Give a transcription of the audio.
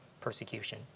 persecution